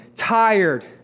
Tired